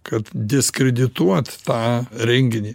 kad diskredituot tą renginį